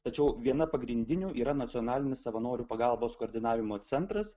tačiau viena pagrindinių yra nacionalinis savanorių pagalbos koordinavimo centras